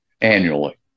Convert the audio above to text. annually